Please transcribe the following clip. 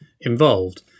involved